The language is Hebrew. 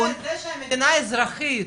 זה שהמדינה אזרחית